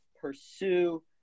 pursue